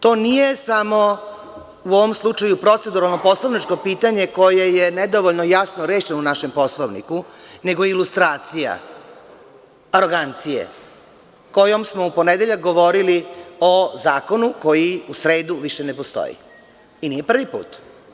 To nije samo u ovom slučaju proceduralno poslovničko pitanje koje je nedovoljno jasno rešeno u našem Poslovniku, nego ilustracija arogancije kojom smo u ponedeljak govorili o zakonu koji u sredu više ne postoji i nije prvi put.